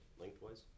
lengthwise